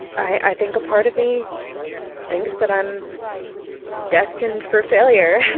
i think a part of me thinks that i'm destined for failure.